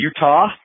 Utah